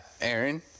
Aaron